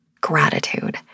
gratitude